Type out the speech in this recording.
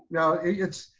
no, it's,